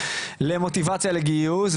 למוטיבציה לגיוס.